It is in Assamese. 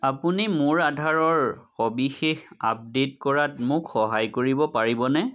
আপুনি মোৰ আধাৰৰ সবিশেষ আপডে'ট কৰাত মোক সহায় কৰিব পাৰিবনে